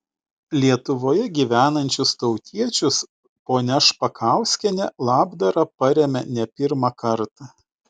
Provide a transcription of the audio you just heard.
lietuvoje gyvenančius tautiečius ponia špakauskienė labdara paremia ne pirmą kartą